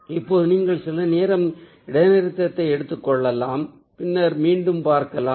இப்போது நீங்கள் சில நேரம் இடைநிறுத்தத்தைக் எடுத்துக்கொள்ளலாம் பின்னர் மீண்டும் பார்க்கலாம்